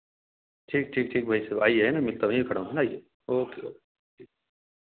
ठीक ठीक ठीक भाई साहब आइए है ना मिलता हूँ यही खड़ा हूँ आइए ओके ओके